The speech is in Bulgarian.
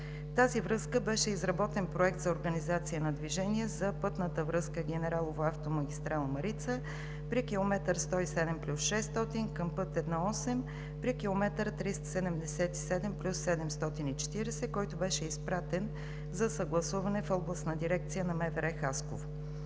тази връзка беше изработен проект за организация на движение за пътната връзка „Генералово“ – автомагистрала „Марица“ при км 107+600 към път I 8 при км 377+740, който беше изпратен за съгласуване в Областната дирекция на МВР – Хасково.